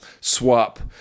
swap